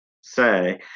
say